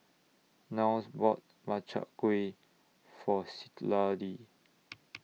Niles bought Makchang Gui For Citlalli